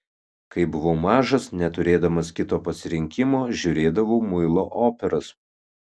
kai buvau mažas neturėdamas kito pasirinkimo žiūrėdavau muilo operas